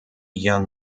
young